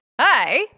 Hi